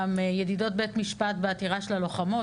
גם ידידות בית משפט בעתירה של הלוחמות,